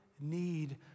need